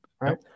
Right